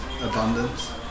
abundance